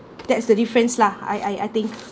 that's the difference lah I I I think